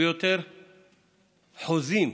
ויותר חוזים,